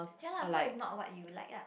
ya lah so it's not what you like lah